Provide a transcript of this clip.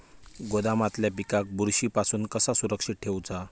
गोदामातल्या पिकाक बुरशी पासून कसा सुरक्षित ठेऊचा?